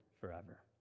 forever